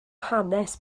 hanes